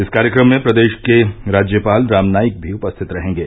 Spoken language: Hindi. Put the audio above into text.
इस कार्यक्रम में प्रदेश के राज्यपाल राम नाईक भी उपस्थित रहेंगे